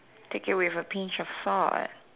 take it with a pinch of salt